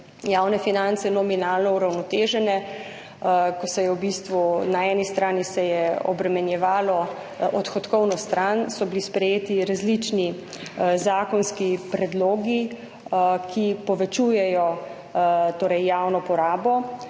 javne finance nominalno uravnotežene, ko se je na eni strani obremenjevalo odhodkovno stran, bili so sprejeti različni zakonski predlogi, ki povečujejo javno porabo,